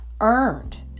earned